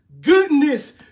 goodness